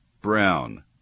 brown